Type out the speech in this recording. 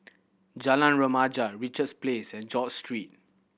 Jalan Remaja Richards Place and George Street